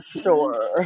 sure